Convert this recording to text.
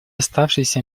оставшиеся